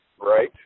Right